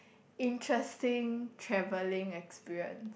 interesting travelling experience